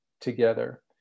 together